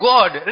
God